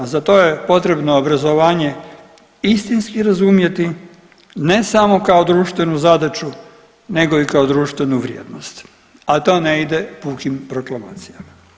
Za to je potrebno obrazovanje istinski razumjeti ne samo kao društvenu zadaću, nego i kao društvenu vrijednost a to ne ide pukim proklamacijama.